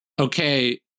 okay